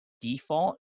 default